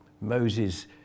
Moses